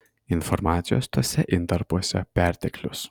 informacijos tuose intarpuose perteklius